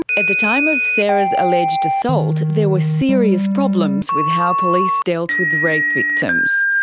at the time of sarah's alleged assault there were serious problems with how police dealt with rape victims,